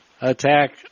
attack